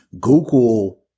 Google